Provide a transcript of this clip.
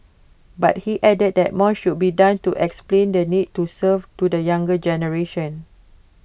but he added that more should be done to explain the need to serve to the younger generation